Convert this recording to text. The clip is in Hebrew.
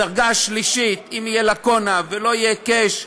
בדרגה השלישית, אם תהיה לקונה ולא יהיה היקש,